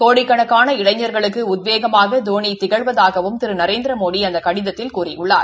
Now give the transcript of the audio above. கோடிக்கணக்கான இளைஞர்களுக்கு உத்வேகமாக தோனி திகழ்வதாகவும் திரு நரேந்திரமோடி அந்த கடிதத்தில் கூறியுள்ளார்